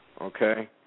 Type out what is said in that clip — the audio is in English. okay